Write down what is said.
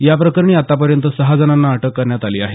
या प्रकरणी आतापर्यंत सहा जणांना अटक करण्यात आली आहे